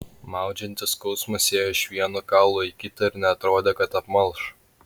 maudžiantis skausmas ėjo iš vieno kaulo į kitą ir neatrodė kad apmalš